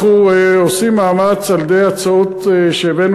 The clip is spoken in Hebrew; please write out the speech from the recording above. אנחנו עושים מאמץ על-ידי הצעות שהבאנו